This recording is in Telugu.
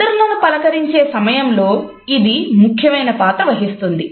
ఇతరులను పలకరించే సమయంలో ఇది ముఖ్యమైన పాత్ర వహిస్తుంది